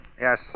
Yes